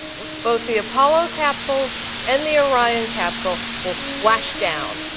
both the apollo capsules and the orion capsule will splash down.